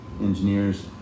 engineers